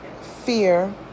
fear